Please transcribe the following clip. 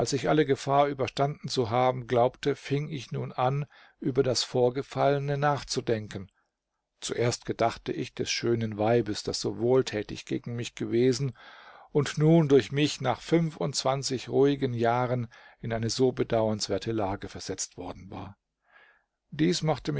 ich alle gefahr überstanden zu haben glaubte fing ich nun an über das vorgefallene nachzudenken zuerst gedachte ich des schönen weibes daß so wohltätig gegen mich gewesen und nun durch mich nach fünfundzwanzig ruhigen jahren in eine so bedauernswerte lage versetzt worden war dies machte